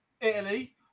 Italy